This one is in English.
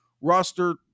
roster